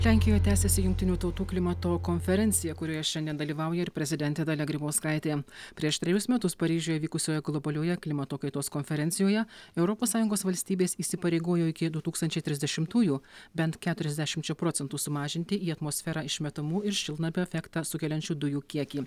lenkijoje tęsiasi jungtinių tautų klimato konferencija kurioje šiandien dalyvauja ir prezidentė dalia grybauskaitė prieš trejus metus paryžiuje vykusioje globalioje klimato kaitos konferencijoje europos sąjungos valstybės įsipareigojo iki du tūkstančiai trisdešimtųjų bent keturiasdešimčia procentų sumažinti į atmosferą išmetamų ir šiltnamio efektą sukeliančių dujų kiekį